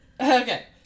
Okay